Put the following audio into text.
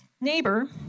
Neighbor